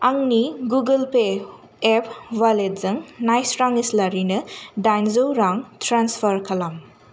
आंनि Google Pay app वालेटजों नायस्रां इस्लारिनो दाइनजौ रां ट्रेन्सफार खालाम